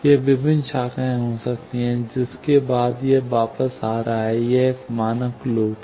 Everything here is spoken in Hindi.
यह विभिन्न शाखाएं हो सकती हैं इसके बाद यह वापस आ रहा है यह एक मानक लूप है